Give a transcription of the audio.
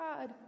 god